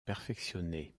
perfectionner